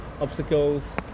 obstacles